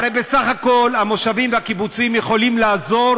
הרי בסך הכול המושבים והקיבוצים יכולים לעזור